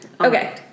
Okay